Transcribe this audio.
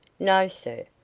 no, sir.